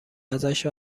ازش